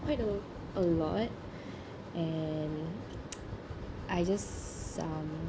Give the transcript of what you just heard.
quite a lot and I just um